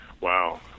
Wow